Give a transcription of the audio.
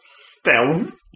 Stealth